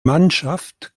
mannschaft